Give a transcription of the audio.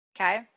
Okay